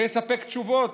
ויספק תשובות.